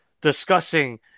discussing